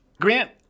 Grant